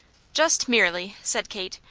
just merely, said kate.